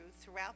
throughout